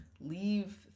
leave